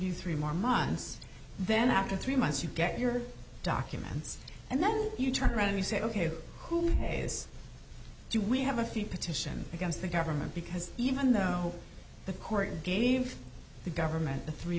you three more months then after three months you get your documents and then you turn around and you say ok who pays do we have a few petition against the government because even though the court gave the government three